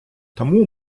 тому